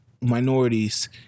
minorities